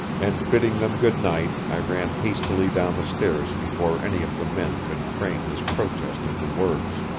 and bidding them good night i ran hastily down the stairs before any of the men could frame his protest into words.